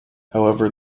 however